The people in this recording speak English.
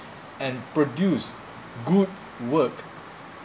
and produce good work